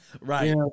Right